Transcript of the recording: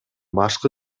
башкы